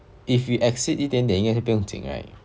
if we exceed 一点点应该是不用紧 right